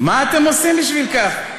מה אתם עושים בשביל כך?